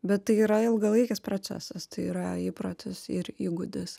bet tai yra ilgalaikis procesas tai yra įprotis ir įgūdis